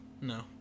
No